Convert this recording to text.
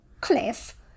cliff